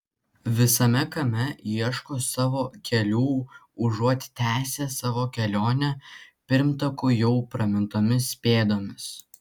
visame kame ieško savo kelių užuot tęsę savo kelionę pirmtakų jau pramintomis pėdomis